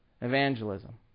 evangelism